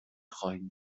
خواهیم